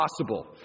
possible